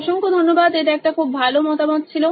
অসংখ্য ধন্যবাদ এটা একটা খুব ভালো মতামত ছিল